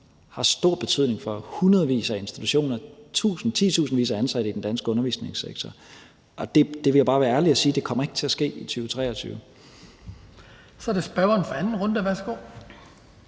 har stor betydning for hundredvis af institutioner og titusindvis af ansatte i den danske undervisningssektor. Og jeg vil bare være ærlig og sige, at det ikke kommer til at ske i 2023. Kl. 17:54 Den fg. formand (Hans